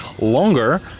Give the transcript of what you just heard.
longer